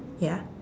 ya